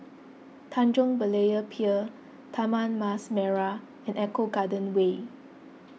Tanjong Berlayer Pier Taman Mas Merah and Eco Garden Way